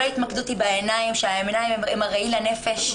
כל ההתמקדות היא בעיניים, שהעיניים הן הראי לנפש.